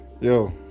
yo